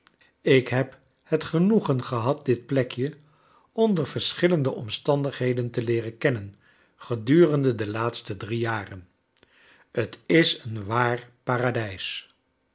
ik heb het genoegen gehad dit plekje onder verschillende omstandigheden te leeren kennen gedurende de laatste drie jaren t is een waar paradijs